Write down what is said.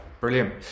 brilliant